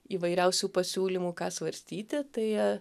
įvairiausių pasiūlymų ką svarstyti tai